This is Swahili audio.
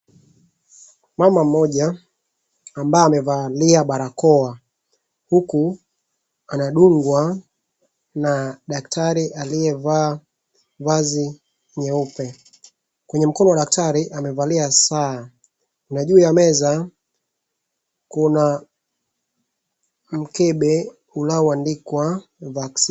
Mama mmoja, ambaye amevalia barakoa, huku anadungwa na daktari aliyevaa vazi nyeupe. Kwenye mkono wa daktari amevalia saa, na juu ya meza, kuna mkebe unaoandikwa vaccine .